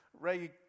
Ray